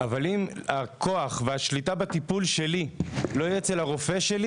אבל אם הכוח והשליטה בטיפול שלי לא יהיה אצל הרופא שלי